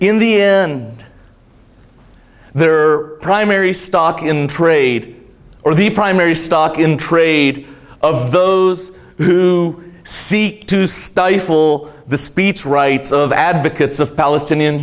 in the end there are primary stock in trade or the primary stock in trade of those who seek to stifle the speech rights of advocates of palestinian